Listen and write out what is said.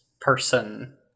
person